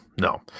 no